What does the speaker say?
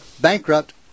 bankrupt